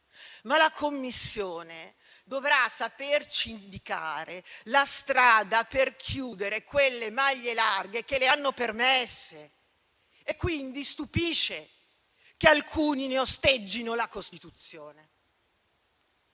La Commissione, però, dovrà saperci indicare la strada per chiudere quelle maglie larghe che le hanno permesse e, quindi, stupisce che alcuni ne osteggino la costituzione.